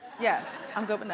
yes, i'm good with no.